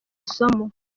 isomo